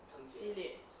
系列